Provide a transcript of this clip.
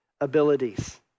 abilities